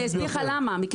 אני אסביר לך למה,